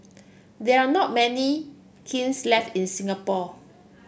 there are not many kilns left in Singapore